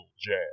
jam